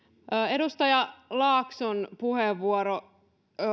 edustaja laakson puheenvuoro